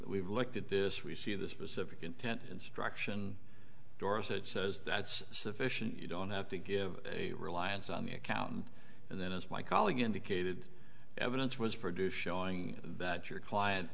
we've looked at this we see the specific intent instruction dorsett says that's sufficient you don't have to give a reliance on the accountant and then as my colleague indicated evidence was produced showing that your client